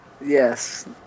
Yes